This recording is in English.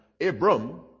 Abram